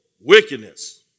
wickedness